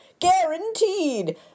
guaranteed